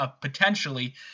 potentially